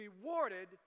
rewarded